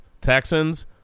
Texans